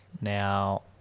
now